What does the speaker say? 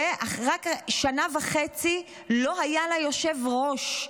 ושנה וחצי לא היה לה יושב-ראש.